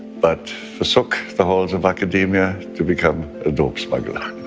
but forsook the halls of academia to become a dope smuggler.